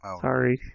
Sorry